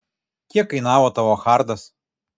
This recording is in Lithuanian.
kiek kainavo tavo hardas